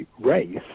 race